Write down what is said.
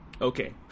Okay